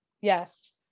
Yes